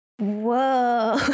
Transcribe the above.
whoa